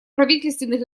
правительственных